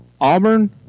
Auburn